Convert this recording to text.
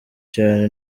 cyane